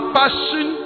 passion